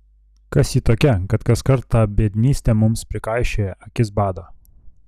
kas ji tokia kad kaskart tą biednystę mums prikaišioja akis bado